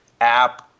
app